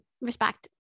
respect